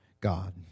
God